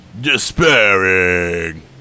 Despairing